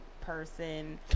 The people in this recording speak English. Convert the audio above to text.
person